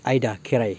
आयदा खेराइ